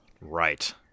Right